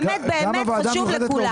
זה באמת באמת חשוב לכולם.